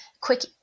quick